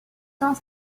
tend